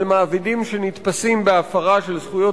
על מעבידים שנתפסים בהפרה של זכויות